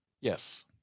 Yes